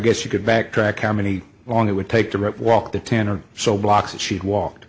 guess you could backtrack how many long it would take to read walk the ten or so blocks that she'd walked